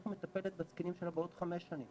איך היא מטפלת בזקנים שלה בעוד חמש שנים